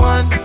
One